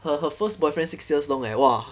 her her first boyfriend six years long leh !wah!